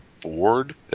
board